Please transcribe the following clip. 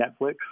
Netflix